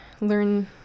learn